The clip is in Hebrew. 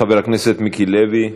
חבר הכנסת מיקי לוי,